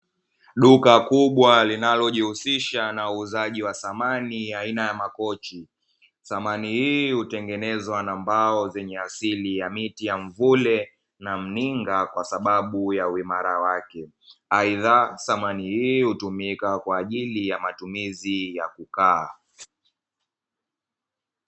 Duka kubwa linalojihusisha na uuzaji wa samani aina ya makochi. Samani hii hutengenezwa na mbao zenye asili ya miti ya mvule na mninga kwa sababu ya uimara wake, aidha samani hii hutumika kwa ajili ya matumizi ya kukaa.